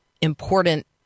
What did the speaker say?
important